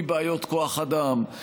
מבעיות כוח אדם,